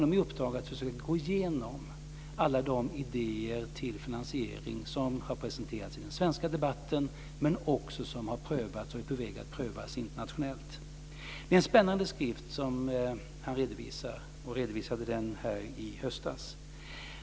Det bestod i att försöka gå igenom alla de idéer till finansiering som har presenterats i den svenska debatten men också som har prövats och är på väg att prövas internationellt. Det var en spännande skrift som Bengt Westerberg redovisade i höstas.